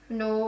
no